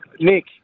Nick